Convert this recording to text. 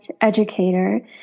educator